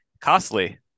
costly